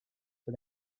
for